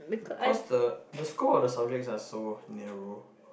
cause the the school of the subjects are so narrow